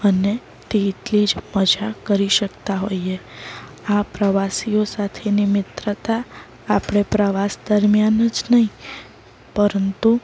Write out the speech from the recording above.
અને તે એટલી જ મજા કરી શકતા હોઈએ આ પ્રવાસીઓ સાથેની મિત્રતા આપણે પ્રવાસ દરમ્યાન જ નહીં પરંતુ